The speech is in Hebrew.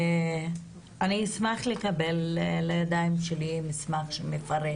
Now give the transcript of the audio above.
אני אשמח לקבל לידיי מסמך שמפרט